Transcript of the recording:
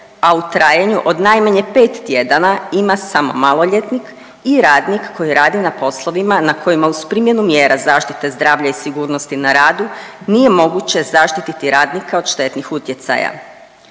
a u trajanju od najmanje 5 tjedana ima samo maloljetnik i radnik koji radi na poslovima na kojima uz primjenu mjera zaštite zdravlja i sigurnosti na radu nije moguće zaštititi radnika od štetnih utjecaja.